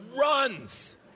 runs